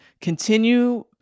continue